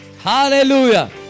Hallelujah